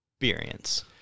Experience